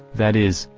that is,